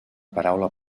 paraula